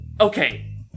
Okay